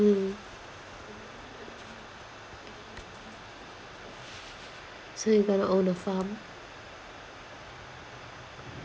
hmm so you are going to own a farm